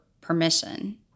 permission